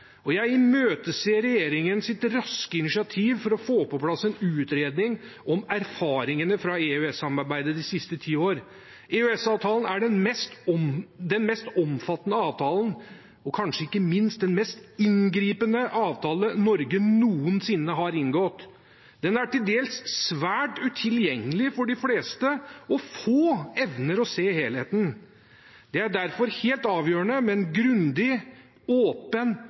Jeg imøteser regjeringens raske initiativ for å få på plass en utredning om erfaringene fra EØS-samarbeidet de siste ti år. EØS-avtalen er den mest omfattende avtale og kanskje ikke minst den mest inngripende avtale Norge noensinne har inngått. Den er til dels svært utilgjengelig for de fleste, og få evner å se helheten. Det er derfor helt avgjørende med en grundig, åpen